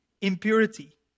impurity